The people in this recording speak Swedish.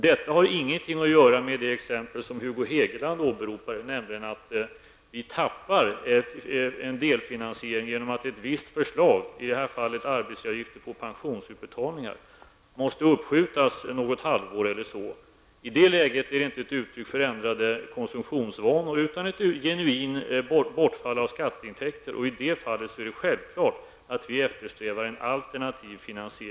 Detta har ingenting att göra med det exempel som Hugo Hegeland åberopade, nämligen att vi tappar en delfinansiering genom att ett visst förslag -- i det här fallet arbetsgivaravgifter på pensionsutbetalningar -- måste uppskjutas något halvår. I det läget är det inte ett uttryck för ändrade konsumtionsvanor utan ett genuint bortfall av skatteintäkter, och i det fallet är det självklart att vi eftersträvar en alternativ finansiering.